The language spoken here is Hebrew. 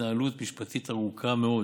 התנהלות משפטית ארוכה מאוד,